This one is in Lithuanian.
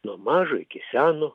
nuo mažo iki seno